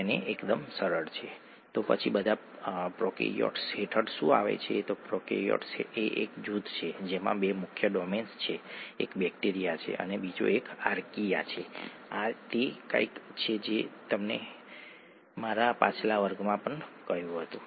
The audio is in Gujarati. તેમાં માળખું ખાંડ પેન્ટોઝ સુગર બેઝ અને ફોસ્ફેટ જૂથ અથવા તેની સાથે ફોસ્ફેટ જૂથો જોડાયેલા હોય છે